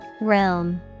Realm